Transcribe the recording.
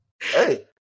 hey